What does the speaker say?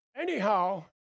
Anyhow